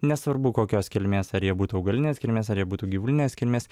nesvarbu kokios kilmės ar jie būtų augalinės kilmės ar jie būtų gyvulinės kilmės